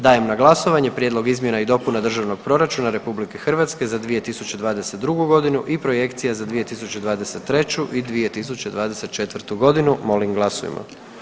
Dajem na glasovanje Prijedlog izmjena i dopuna Državnog proračuna RH za 2022. g. i Projekcija za 2023. i 2024. g. Molim glasujmo.